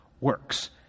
works